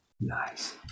Nice